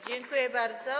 Dziękuję bardzo.